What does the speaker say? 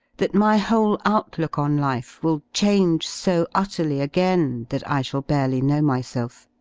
that my whole outlook on life will change so utterly again that i shall barely know myself.